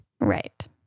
Right